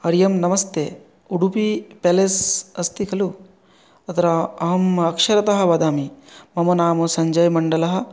हरि ओं नमस्ते उडुपि पेलेस् अस्ति खलु अत्र अहम् अक्षरतः वदामि मम नाम सञ्जय मण्डलः